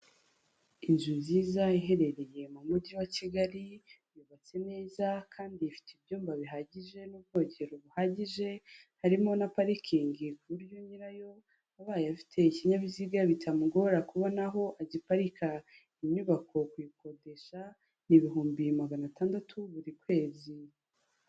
Inzu nziza iherereye mu mujyi wa Kigali, yubatse neza kandi ifite ibyumba bihagije n'ubwogero buhagije, harimo na parikingi ku buryo nyirayo abaye afite ikinyabiziga, bitamugora kubona aho agiparika. Iyi nyubako kuyikodesha ni ibihumbi magana atandatu buri kwezi.